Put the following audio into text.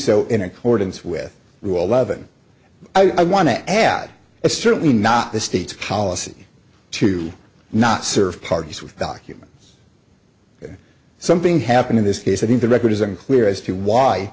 so in accordance with will love and i want to add a certainly not the state's coliseum to not serve parties with documents something happened in this case i think the record is unclear as to why